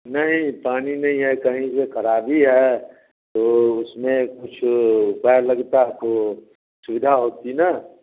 नहीं पानी नहीं है कहीं से ख़राबी है तो उसमें कुछ उपाय लगता तो सुविधा होती ना